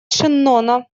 шеннона